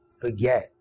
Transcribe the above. Forget